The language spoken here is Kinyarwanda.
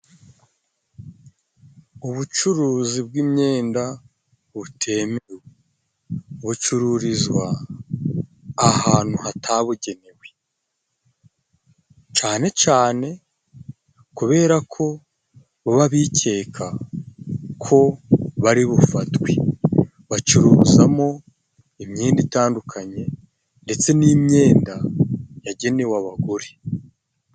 Ubucuruzi bw'imyenda butemewe, bucuririzwa ahantu hatabugenewe cane cane kubera ko baba bikeka ko bari bufatwe, bacurizamo imyenda itandukanye ndetse n'imyenda yagenewe abagore.